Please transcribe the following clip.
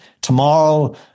Tomorrow